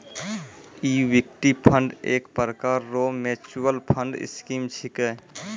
equity fund एक प्रकार रो मिच्युअल फंड स्कीम छिकै